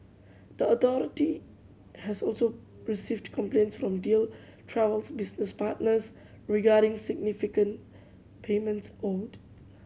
the authority has also received complaints from Deal Travel's business partners regarding significant payments owed